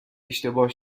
اشتباه